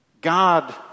God